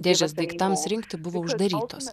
dėžės daiktams rinkti buvo uždarytos